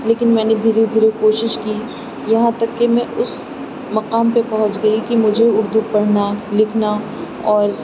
لیکن میں نے دھیرے دھیرے کوشش کی یہاں تک کہ میں اس مقام پہ پہنچ گئی کہ مجھے اردو پڑھنا لکھنا اور